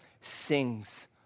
sings